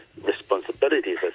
responsibilities